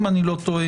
אם אני לא טועה,